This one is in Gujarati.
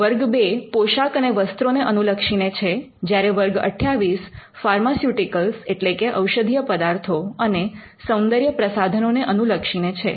વર્ગ ૨ પોશાક અને વસ્ત્રોને અનુલક્ષીને છે જ્યારે વર્ગ 28 ફાર્માસ્યુટિકલ એટલે કે ઔષધીય પદાર્થો અને સૌંદર્ય પ્રસાધનોને અનુલક્ષીને છે